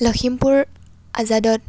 Lakhimpur আজাদত